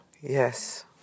yes